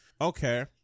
Okay